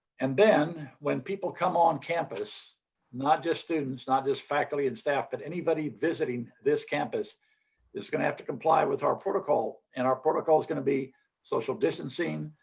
and then when people come on campus not just students, not just faculty and staff but anybody visiting this campus is going to have to comply with our protocol and our protocol is going to be social distancing,